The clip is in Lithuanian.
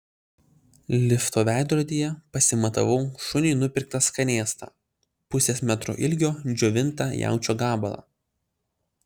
lifto veidrodyje pasimatavau šuniui nupirktą skanėstą pusės metro ilgio džiovintą jaučio gabalą